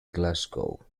glasgow